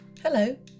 Hello